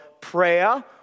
prayer